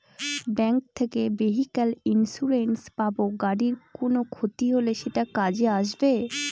bank থেকে vehicle insurance পাব গাড়ির কোনো ক্ষতি হলে সেটা কাজে আসবে